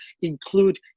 include